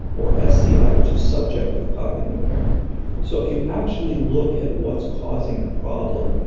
or sci, which is subjective cognitive impairment so if you actually look at what's causing the problem,